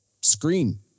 screen